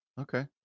okay